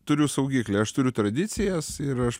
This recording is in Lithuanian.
turiu saugiklį aš turiu tradicijas ir aš